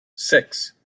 six